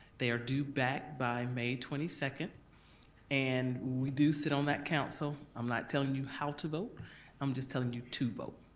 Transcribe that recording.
they are due back by may twenty second and we do sit on that council, i'm not telling you how to vote i'm just telling you to vote.